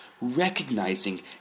recognizing